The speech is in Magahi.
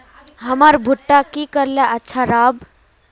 हमर भुट्टा की करले अच्छा राब?